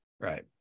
Right